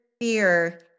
fear